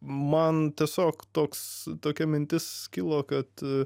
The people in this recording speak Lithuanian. man tiesiog toks tokia mintis kilo kad